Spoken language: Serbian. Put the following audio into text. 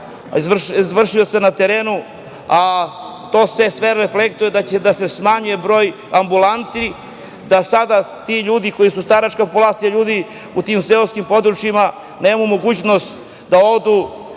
izvršioca na terenu, a to se sve reflektuje da će da se smanjuje broj ambulanti, da sada ti ljudi koji su staračka populacija ljudi u tim seoskim područjima nema mogućnost da odu